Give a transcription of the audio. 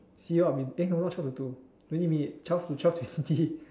see what we eh not twelve to two twenty minute twelve to twelve twenty